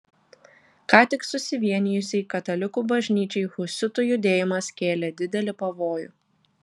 ką tik susivienijusiai katalikų bažnyčiai husitų judėjimas kėlė didelį pavojų